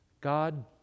God